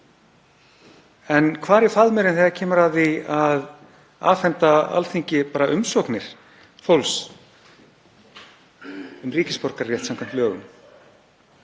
En hvar er faðmurinn þegar kemur að því að afhenda Alþingi umsóknir fólks um ríkisborgararétt samkvæmt lögum?